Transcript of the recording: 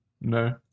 No